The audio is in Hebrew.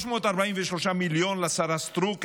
343 מיליון לשרה סטרוק,